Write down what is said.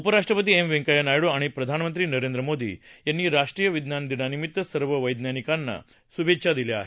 उपराष्ट्रपती एम व्यंकय्या नायडू आणि प्रधानमंत्री नरेंद्र मोदी यांनी राष्ट्रीय विज्ञानदिनानिमित्त सर्व वैज्ञानिकांना शुभेच्छा दिल्या आहेत